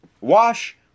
wash